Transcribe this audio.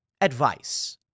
advice